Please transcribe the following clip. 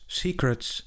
secrets